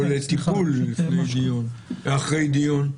או לטיפול לפני דיון או אחרי דיון,